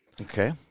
Okay